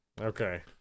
Okay